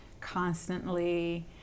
constantly